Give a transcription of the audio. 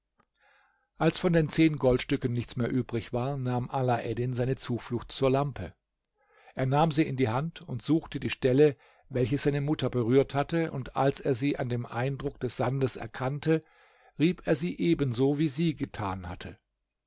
als von den zehn goldstücken nichts mehr übrig war nahm alaeddin seine zuflucht zur lampe er nahm sie in die hand suchte die stelle welche seine mutter berührt hatte und als er sie an dem eindruck des sandes erkannte rieb er sie ebenso wie sie getan hatte